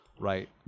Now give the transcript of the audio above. right